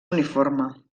uniforme